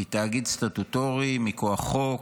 היא תאגיד סטטוטורי מכוח חוק,